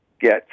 get